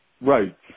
Right